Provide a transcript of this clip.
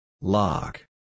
Lock